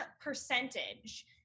percentage